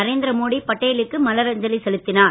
நரேந்திரமோடி படேலுக்கு மலரஞ்சலி செலுத்தினார்